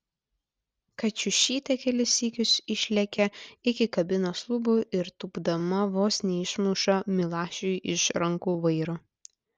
kačiušytė kelis sykius išlekia iki kabinos lubų ir tūpdama vos neišmuša milašiui iš rankų vairo